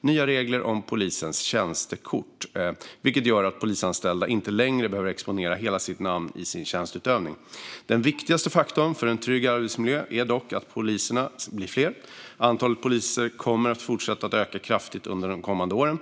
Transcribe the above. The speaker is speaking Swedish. nya regler om polisens tjänstekort, vilket gör att polisanställda inte längre behöver exponera hela sitt namn i sin tjänsteutövning. Den viktigaste faktorn för en trygg arbetsmiljö är dock att poliserna blir fler. Antalet poliser kommer att fortsätta att öka kraftigt under de kommande åren.